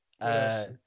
Yes